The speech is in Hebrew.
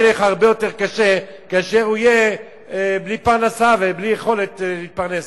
יהיה לך הרבה יותר קשה כאשר הוא יהיה בלי פרנסה ובלי יכולת להתפרנס.